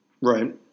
Right